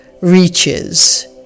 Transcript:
reaches